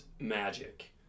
magic